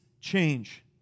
change